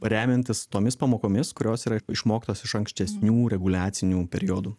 remiantis tomis pamokomis kurios yra išmoktos iš ankstesnių reguliacinių periodų